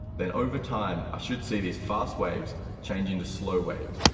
then over time i should see these fast waves change into slow waves,